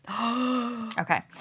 Okay